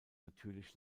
natürlich